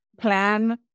plan